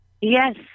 Yes